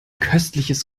köstliches